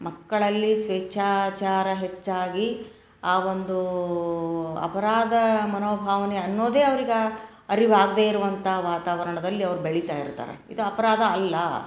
ಮಕ್ಕಳಲ್ಲಿ ಸ್ವೇಚ್ಛಾಚಾರ ಹೆಚ್ಚಾಗಿ ಆ ಒಂದು ಅಪರಾಧ ಮನೋಭಾವನೆ ಅನ್ನೋದೇ ಅವ್ರಿಗೆ ಅರಿವಾಗದೇ ಇರುವಂಥ ವಾತಾವರಣದಲ್ಲಿ ಅವ್ರು ಬೆಳಿತಾ ಇರ್ತಾರೆ ಇದು ಅಪರಾಧ ಅಲ್ಲ